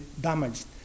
damaged